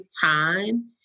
time